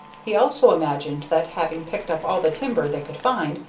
he also imagined that, having picked up all the timber they could find,